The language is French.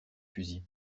fusils